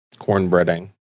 Cornbreading